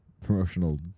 promotional